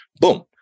Boom